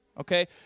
Okay